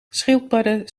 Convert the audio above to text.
schildpadden